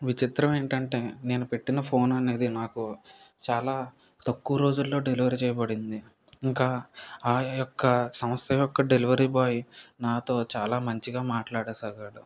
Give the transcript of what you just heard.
విచిత్రం ఏంటంటే నేను పెట్టిన ఫోన్ అనేది నాకు చాలా తక్కువ రోజుల్లో డెలివరీ చేయబడింది ఇంకా ఆ యొక్క సమస్య యొక్క డెలివరీ బాయ్ నాతో చాలా మంచిగా మాట్లాడ సాగాడు